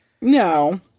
No